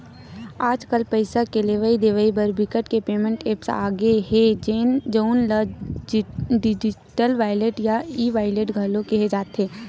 आजकल पइसा के लेवइ देवइ बर बिकट के पेमेंट ऐप्स आ गे हे जउन ल डिजिटल वॉलेट या ई वॉलेट घलो केहे जाथे